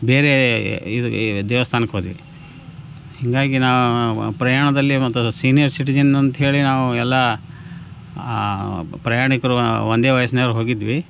ಬೇರೆ ಇದು ದೇವಸ್ಥಾನಕ್ಕೋದ್ವಿ ಹೀಗಾಗಿ ನಾವು ಪ್ರಯಾಣದಲ್ಲಿ ಮತ್ತದು ಸೀನಿಯರ್ ಸಿಟಿಝನ್ ಅಂತಹೇಳಿ ನಾವು ಎಲ್ಲ ಪ್ರಯಾಣಿಕರು ಒಂದೆ ವಯಸ್ಸಿನವ್ರು ಹೋಗಿದ್ವಿ